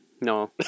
no